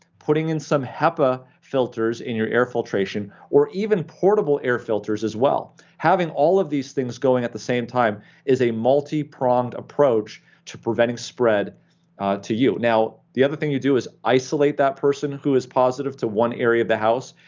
putting in some hepa filters in your air filtration, or even portable air filters as well. having all of these things going at the same time is a multi-pronged approach to preventing spread to you. now the other thing you do is isolate that person who is positive to one area of the house.